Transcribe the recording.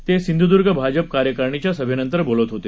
ते सिंधुदुर्ग भाजप कार्यकारिणीच्या सभेनंतर बोलत होते